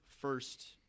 first